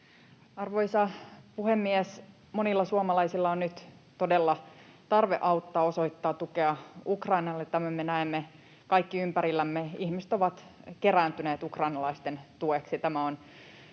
Arvoisa puhemies! Monilla suomalaisilla on nyt todella tarve auttaa, osoittaa tukea Ukrainalle. Tämän me näemme kaikki ympärillämme. Ihmiset ovat kerääntyneet ukrainalaisten tueksi. Tämä on